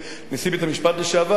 נשיא בית-המשפט לשעבר,